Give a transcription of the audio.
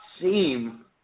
seem